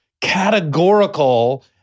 categorical